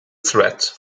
threat